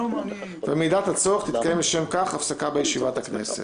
במידת הצורך תתקיים לשם כך הפסקה בישיבת הכנסת.